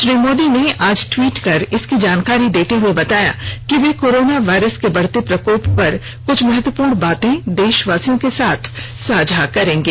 श्री मोदी ने आज ट्वीट कर इसकी जानकारी देते हुए बताया कि वे कोरोना वायरस के बढ़ते प्रकोप पर कुछ महत्वपूर्ण बातें देशवांसियों को साथ साझा करेंगे